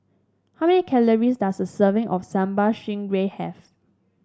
how many calories does a serving of Sambal Stingray have